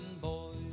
boys